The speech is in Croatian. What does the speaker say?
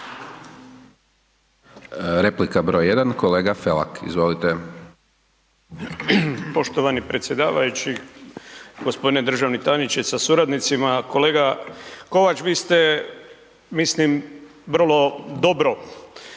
Replika broj jedan, kolega Felak, izvolite. **Felak, Damir (HDZ)** Poštovani predsjedavajući, g. državni tajniče sa suradnicima, kolega Kovač, vi ste, mislim, vrlo dobro secirali